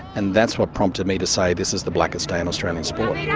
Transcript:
and that's what prompted me to say this is the blackest day in australian sport. yeah